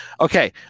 Okay